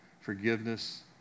forgiveness